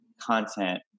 content